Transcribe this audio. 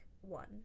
one